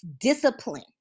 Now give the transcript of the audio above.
discipline